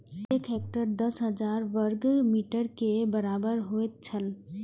एक हेक्टेयर दस हजार वर्ग मीटर के बराबर होयत छला